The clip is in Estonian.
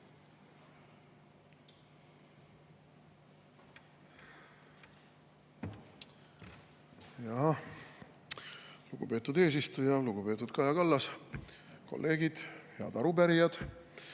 Lugupeetud eesistuja! Lugupeetud Kaja Kallas! Kolleegid! Head arupärijad,